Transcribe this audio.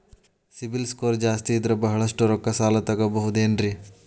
CIBIL score ಜಾಸ್ತಿ ಇದ್ರ ಬಹಳಷ್ಟು ರೊಕ್ಕ ಸಾಲ ತಗೋಬಹುದು ಏನ್ರಿ?